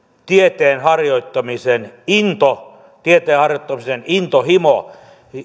tieteen harjoittamisen into tieteen harjoittamisen intohimo